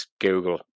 google